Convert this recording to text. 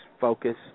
focus